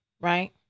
right